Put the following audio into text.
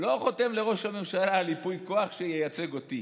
לא חותם לראש הממשלה על ייפוי כוח שייצג אותי,